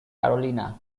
carolina